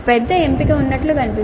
పెద్ద ఎంపిక ఉన్నట్లు కనిపిస్తోంది